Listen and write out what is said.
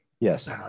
Yes